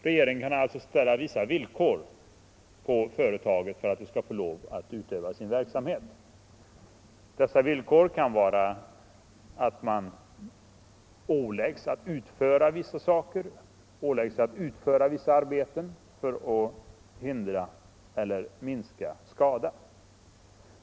Regeringen kan ställa som villkor att företaget skall utföra vissa arbeten för att förhindra eller minska skada.